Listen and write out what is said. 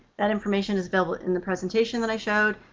that information is available in the presentation that i showed,